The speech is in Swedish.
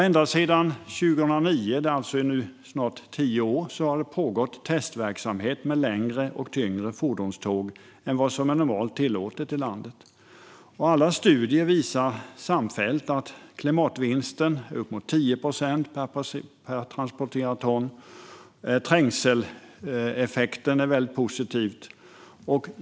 Ända sedan 2009, snart tio år, har det pågått testverksamhet med längre och tyngre fordonståg än vad som normalt är tillåtna i landet. Alla studier visar samfällt att klimatvinsten är upp till 10 procent per transporterat ton, och trängseleffekten är positiv.